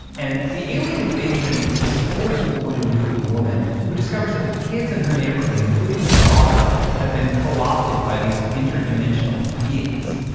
and the alien invasion is told from the point of view of a woman who discovers the kids in her neighborhood, including her daughter, have been co-opted by these inner-dimensional beings.